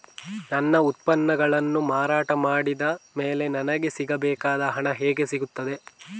ನನ್ನ ಉತ್ಪನ್ನಗಳನ್ನು ಮಾರಾಟ ಮಾಡಿದ ಮೇಲೆ ನನಗೆ ಸಿಗಬೇಕಾದ ಹಣ ಹೇಗೆ ಸಿಗುತ್ತದೆ?